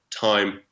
time